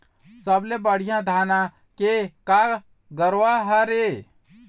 सबले बढ़िया धाना के का गरवा हर ये?